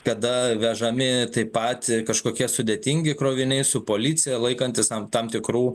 kada vežami taip pat kažkokie sudėtingi kroviniai su policija laikantis tam tikrų